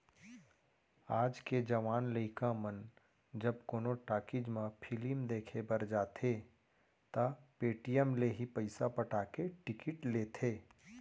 आज के जवान लइका मन जब कोनो टाकिज म फिलिम देखे बर जाथें त पेटीएम ले ही पइसा पटा के टिकिट लेथें